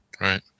Right